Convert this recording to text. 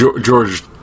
George